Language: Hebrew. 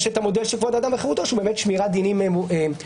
יש המודל של כבוד האדם וחירותו ששמירת דינים כללית.